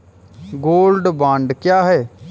Gold bond क्या है?